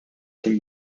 can